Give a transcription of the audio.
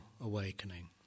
awakening